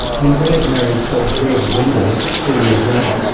when bragg married todd's daughter, gwendolyn, three years later,